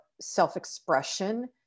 self-expression